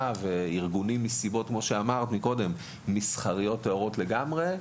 והאיגודים האלה פועלים בנסיבות מסחריות לגמרי.